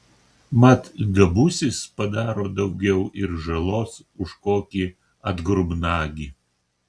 mat gabusis padaro daugiau ir žalos už kokį atgrubnagį